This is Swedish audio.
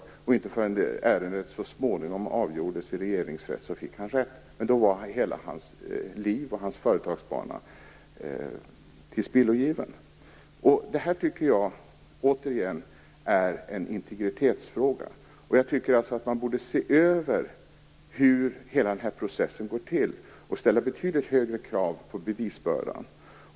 Han fick inte rätt förrän ärendet så småningom avgjordes i Regeringsrätten, men då var hela hans liv och hans företagsbana tillspillogiven. Detta tycker jag, återigen, är en integritetsfråga. Man borde se över hur hela processen går till och ställa betydligt högre krav på bevisbördan.